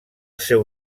seu